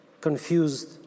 confused